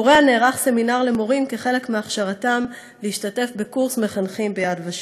בקוריאה נערך סמינר למורים כחלק מהכשרתם להשתתף בקורס מחנכים ב"יד ושם".